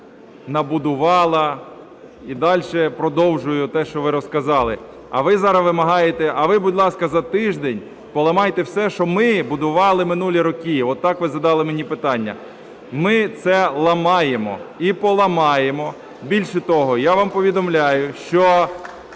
набудувала і далі продовжує те, що ви розказали. А ви зараз вимагаєте: "А ви, будь ласка, за тиждень поламайте все, що ми будували минулі роки". Отак ви задали мені питання. Ми це ламаємо і поламаємо. Більше того, я вам повідомляю, що